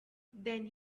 then